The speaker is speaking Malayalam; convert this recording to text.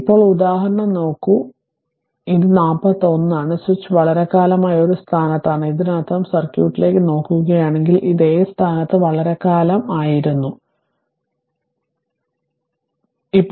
അതിനാൽ ഇപ്പോൾ ഉദാഹരണം നോക്കൂ അതിനാൽ ഇത് 41 ആണ് സ്വിച്ച് വളരെക്കാലമായി ഒരു സ്ഥാനത്താണ് ഇതിനർത്ഥം സർക്യൂട്ടിലേക്ക് നോക്കുകയാണെങ്കിൽ ഇത് എ സ്ഥാനത്ത് വളരെക്കാലം ഈ സ്ഥാനത്തായിരുന്നു ഇതൊരു